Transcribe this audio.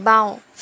বাওঁ